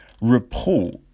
report